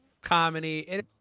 comedy